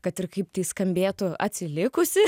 kad ir kaip tai skambėtų atsilikusi